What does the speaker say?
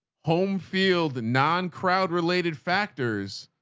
home field, the non crowd related factors,